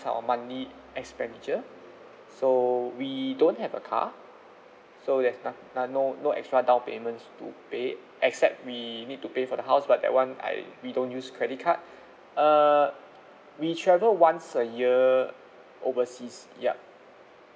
our monthly expenditure so we don't have a car so there's noth~ uh no no extra down payments to pay except we need to pay for the house but that one I we don't use credit card err we travel once a year overseas yup